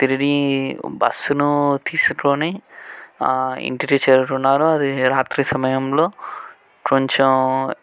తిరిగి బస్సును తీసుకొని ఇంటికి చేరుకున్నాను అది రాత్రి సమయంలో కొంచెం